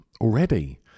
already